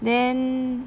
then